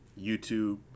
youtube